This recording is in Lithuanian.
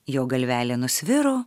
jo galvelė nusviro